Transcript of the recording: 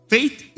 Faith